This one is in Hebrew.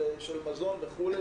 של מזון וכולי,